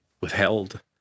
withheld